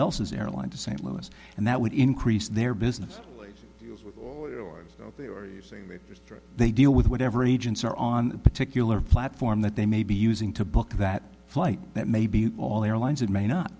else's airline to st louis and that would increase their business trip they deal with whatever agents are on a particular platform that they may be using to book that flight that may be all airlines and may not